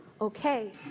okay